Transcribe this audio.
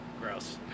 gross